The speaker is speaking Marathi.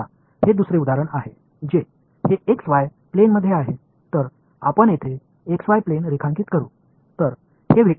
आता हे दुसरे उदाहरण आहे जे हे x y प्लेन मध्ये आहे तर आपण येथे x y प्लेन रेखांकित करू